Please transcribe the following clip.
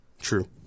True